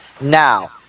Now